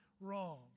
wrong